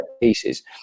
pieces